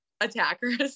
attackers